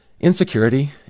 Insecurity